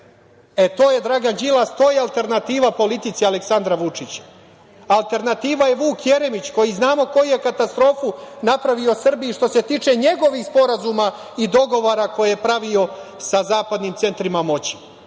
To je Dragan Đilas, to je alternativa politici Aleksandra Vučića. Alternativa je i Vuk Jeremić, koji znamo koju je katastrofu napravio Srbiji što se tiče njegovih sporazuma i dogovora koje je pravio sa zapadnim centrima moći.